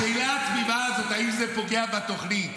השאלה התמימה הזו: האם זה פוגע בתוכנית?